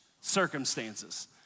circumstances